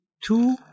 Two